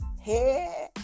Hey